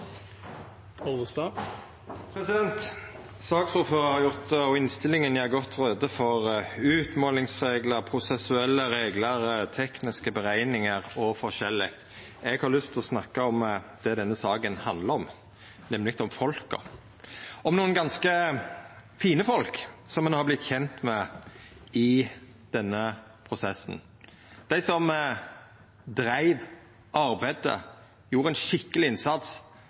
innstillinga – gjer godt greie for utmålingsreglar, prosessuelle reglar, tekniske berekningar og forskjellig anna. Eg har lyst til å snakka om det denne saka handlar om, nemleg om folka – om nokre ganske fine folk som ein har vorte kjent med i denne prosessen. Dei som dreiv, arbeidde og gjorde ein skikkeleg innsats